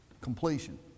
Completion